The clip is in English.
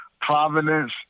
Providence